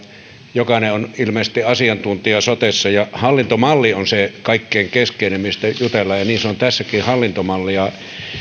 jokainen on ilmeisesti asiantuntija sotessa hallintomalli on se kaikkein keskeisin mistä jutellaan ja niin se on tässäkin hallintomalli